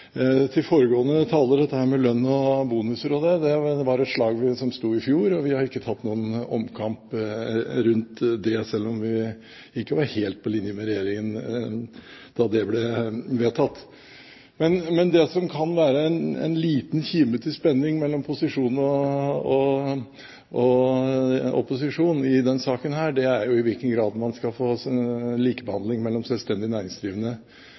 Til foregående taler: Dette med lønn og bonuser osv. var et slag som sto i fjor, og vi har ikke tatt noen omkamp rundt det, selv om vi ikke var helt på linje med regjeringen da det ble vedtatt. Men det som kan være en liten kime til spenning mellom posisjonen og opposisjonen i denne saken, er i hvilken grad man skal få likebehandling mellom selvstendig næringsdrivende